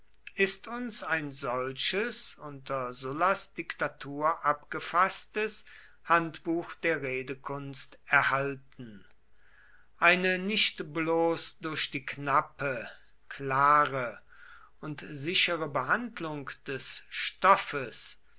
ist uns ein solches unter sullas diktatur abgefaßtes handbuch der redekunst erhalten eine nicht bloß durch die knappe klare und sichere behandlung des stoffes